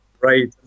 Right